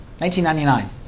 1999